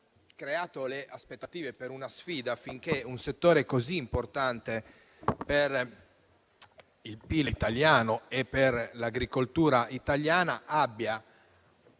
creato aspettative per una sfida, affinché un settore così importante per il PIL italiano e per l'agricoltura italiana abbia,